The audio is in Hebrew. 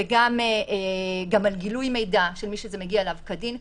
וגם על גילוי מידע של מי שזה מגיע אליו כדין.